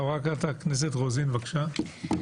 חברת הכנסת רוזין, בבקשה.